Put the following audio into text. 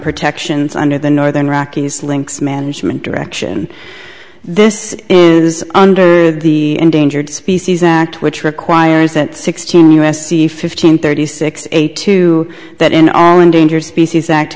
protections under the northern rockies links management direction this is under the endangered species act which requires that sixteen u s c fifteen thirty six eight two that in our endangered species act